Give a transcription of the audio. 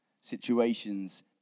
Situations